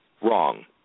Wrong